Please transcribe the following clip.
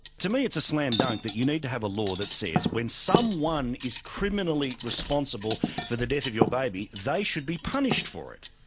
to me it's a slam-dunk that you need to have a law that says when someone is criminally responsible for the death of your baby, they should be punished for it.